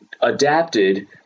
adapted